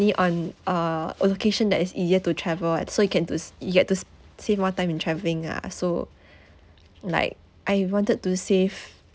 on uh a location that is easier to travel at so it can to you get to save more time in travelling ah so like I wanted to save